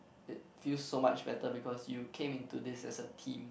it feels so much better because you came into this as a team